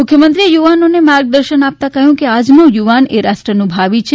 મુખ્યમંત્રીએ યુવાનોને માર્ગદર્શન આપતા કહ્યું કે આજનો યુવાન એ રાષ્ટ્રનું ભાવિ છે